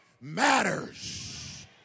matters